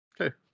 Okay